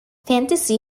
fantasy